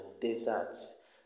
deserts